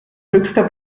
höchster